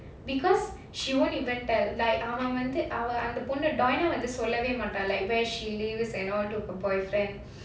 because she won't even tell like அவன் வந்து அந்த பொண்ணு:avan vandhu andha ponnu doina சொல்லவேமாட்டா:sollavaemaattaa like where she lives and all to her boyfriend